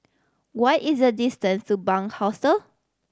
what is the distance to Bunc Hostel